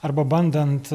arba bandant